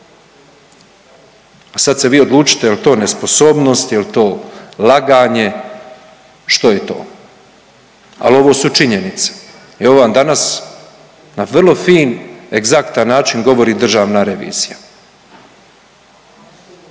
Sad se vi odlučite je li to nesposobnost, jel to laganje, što je to, ali ovo su činjenice. Evo vam danas na vrlo fin egzaktan način govori Državna revizija.